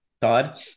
Todd